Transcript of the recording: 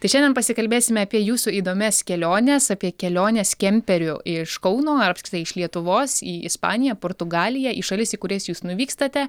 tai šiandien pasikalbėsime apie jūsų įdomias keliones apie keliones kemperiu iš kauno ar apskritai iš lietuvos į ispaniją portugaliją į šalis į kurias jūs nuvykstate